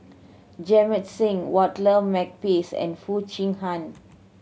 Jamit Singh Walter Makepeace and Foo Chee Han